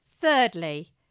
Thirdly